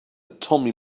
tommy